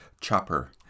chopper